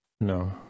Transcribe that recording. No